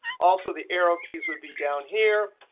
also, the arrow keys would be down here.